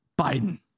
Biden